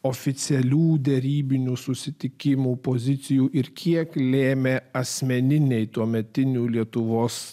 oficialių derybinių susitikimų pozicijų ir kiek lėmė asmeniniai tuometinių lietuvos